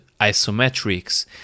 isometrics